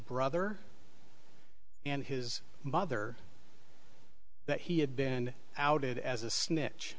brother and his mother that he had been outed as a snitch